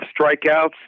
strikeouts